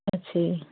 ਅੱਛਾ ਜੀ